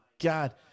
God